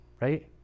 right